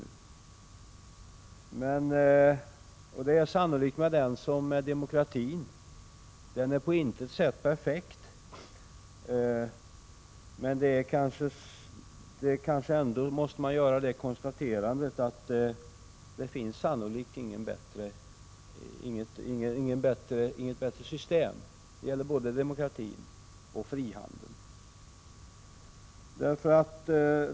Sannolikt är det med den som det är med demokratin, den är således på intet sätt perfekt. Men ändå måste man nog konstatera att det sannolikt inte finns något bättre system. Det gäller både demokratin och frihandeln.